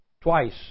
twice